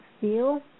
feel